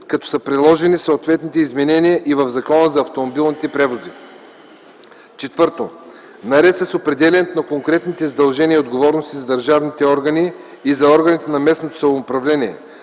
като са приложени съответните изменения и в Закона за автомобилните превози. 4. Наред с определянето на конкретните задължения и отговорности на държавните органи и за органите на местното самоуправление